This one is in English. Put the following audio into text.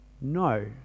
no